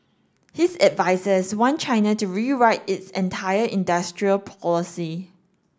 his advisers want China to rewrite its entire industrial policy